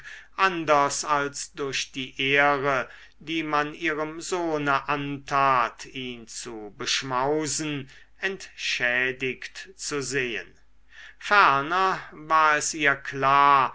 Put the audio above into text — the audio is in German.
anders als durch die ehre die man ihrem sohne antat ihn zu beschmausen entschädigt zu sehen ferner war es ihr klar